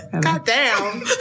Goddamn